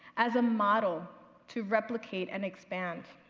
as a model to replicate and expand.